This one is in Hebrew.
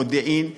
במודיעין,